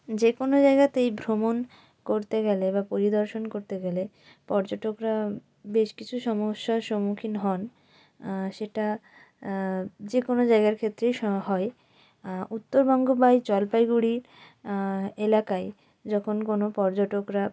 যে কোনো জাগাতেই ভ্রমণ করতে গেলে বা পরিদর্শন করতে গেলে পর্যটকরা বেশ কিছু সমস্যার সম্মুখীন হন সেটা যে কোনো জায়গার ক্ষেত্রেই স হয় উত্তরবঙ্গ বা এই জলপাইগুড়ি এলাকায় যখন কোনো পর্যটকরা